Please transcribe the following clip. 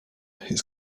his